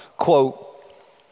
quote